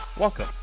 Welcome